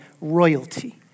royalty